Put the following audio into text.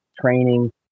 training